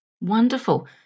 Wonderful